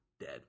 dead